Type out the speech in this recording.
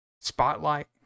Spotlight